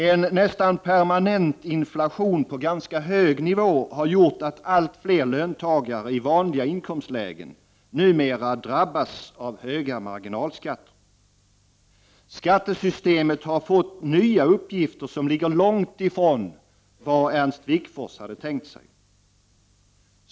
En nästan permanent inflation på ganska hög nivå har gjort att allt fler löntagare i vanliga inkomstlägen numera drabbas av höga marginalskatter. Skattesystemet har fått nya uppgifter som ligger långt ifrån vad Ernst Wigforss hade tänkt sig.